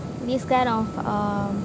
this kind of um